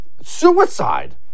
suicide